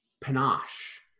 panache